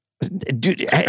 Dude